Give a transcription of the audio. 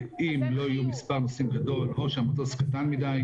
ואם לא יהיה מספר נוסעים גדול או שהמטוס קטן מדי,